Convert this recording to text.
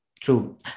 True